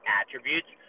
attributes